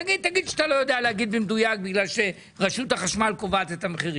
תגיד שאתה לא יודע להגיד במדויק בגלל שרשות החשמל קובעת את המחירים,